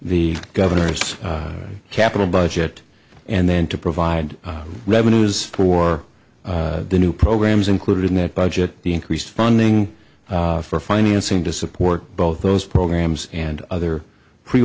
the governor's capital budget and then to provide revenues for the new programs included in that budget the increased funding for financing to support both those programs and other pre